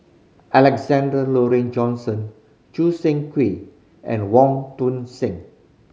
Alexander Laurie Johnston Choo Seng Quee and Wong Tuang Seng